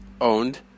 owned